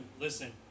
listen